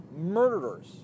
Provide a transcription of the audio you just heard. murderers